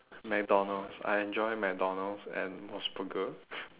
mcdonald's I enjoy mcdonald's and mos burger